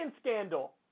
scandal